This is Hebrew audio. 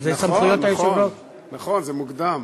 נכון, נכון, זה מוקדם.